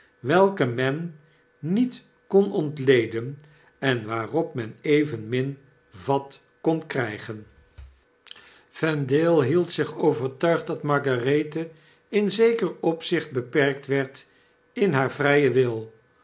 welke men niet kon ontleden en waarop men evenmin vat kon krygen vendale hield zich overtuigd dat margarethe in zeker opzicht beperkt werd in haar vryen wil